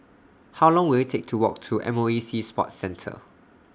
How Long Will IT Take to Walk to M O E Sea Sports Centre